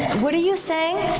what are you saying?